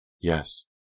Yes